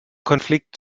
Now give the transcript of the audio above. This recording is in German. konflikt